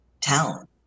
town